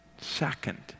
Second